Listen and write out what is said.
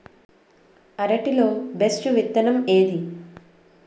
అరటి లో బెస్టు విత్తనం ఏది?